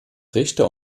richter